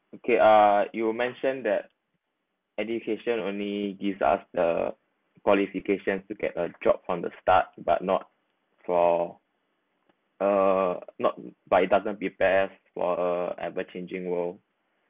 okay uh you mentioned that education only gives us the qualifications to get a job on the start but not for uh not but it doesn't prepare for uh ever changing world